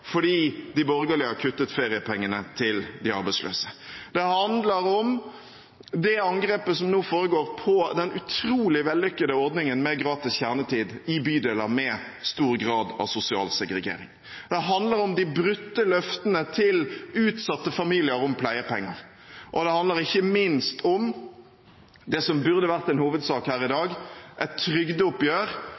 fordi de borgerlige har kuttet i feriepengene til de arbeidsløse. Det handler om det angrepet som nå foregår på den utrolig vellykkede ordningen med gratis kjernetid i bydeler med stor grad av sosial segregering. Det handler om de brutte løftene om pleiepenger til utsatte familier, og det handler ikke minst om det som burde ha vært en hovedsak her i dag, et trygdeoppgjør som gjør at veldig mange eldre i Norge er